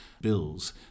bills